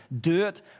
dirt